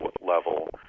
level